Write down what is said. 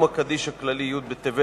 יום הקדיש הכללי בי' בטבת,